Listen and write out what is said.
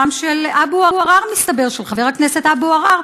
גם של חבר הכנסת אבו עראר,